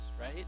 right